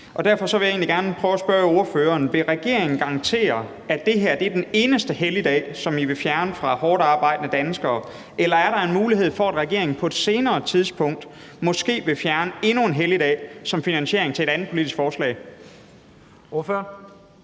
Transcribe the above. Derfor vil jeg egentlig gerne spørge ordføreren: Vil regeringen garantere, at det her er den eneste helligdag, som man vil fjerne fra hårdtarbejdende danskere, eller er der en mulighed for, at regeringen på et senere tidspunkt måske vil fjerne endnu en helligdag som finansiering til et andet politisk forslag? Kl.